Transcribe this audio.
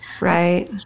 right